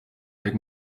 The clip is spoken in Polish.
jak